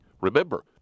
Remember